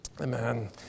Amen